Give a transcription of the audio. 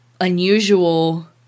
unusual